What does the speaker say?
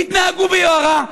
תתנהגו ביוהרה,